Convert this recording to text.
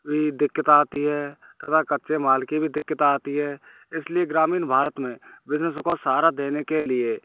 भी दिक्कत आती है इसलिए ग्रामीण भारत में बिजनेसों को सहरा देने के लिए